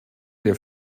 der